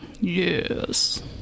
Yes